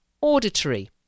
auditory